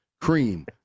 cream